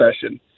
session